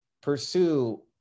pursue